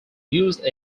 use